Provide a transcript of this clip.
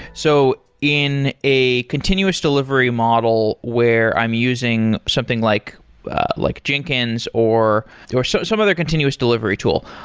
so in a continuous delivery model where i'm using something like like jenkins, or or so some other continuous delivery tool,